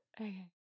Okay